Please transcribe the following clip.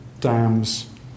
dams